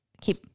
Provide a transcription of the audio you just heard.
keep